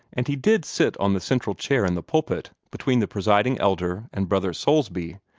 and he did sit on the central chair in the pulpit, between the presiding elder and brother soulsby,